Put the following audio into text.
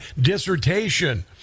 dissertation